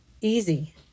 easy